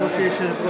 אנחנו חוזרים להצבעה